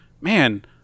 man